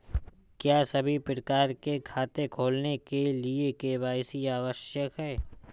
क्या सभी प्रकार के खाते खोलने के लिए के.वाई.सी आवश्यक है?